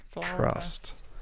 Trust